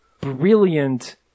brilliant